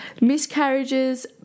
miscarriages